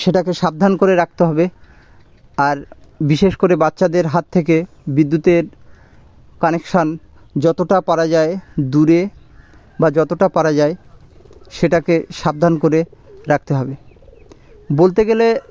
সেটাকে সাবধান করে রাখতে হবে আর বিশেষ করে বাচ্চাদের হাত থেকে বিদ্যুতের কানেকশন যতটা পারা যায় দূরে বা যতটা পারা যায় সেটাকে সাবধান করে রাখতে হবে বলতে গেলে